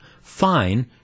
fine